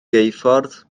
geuffordd